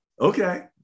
Okay